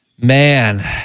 Man